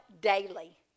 daily